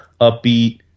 upbeat